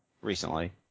recently